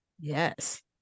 yes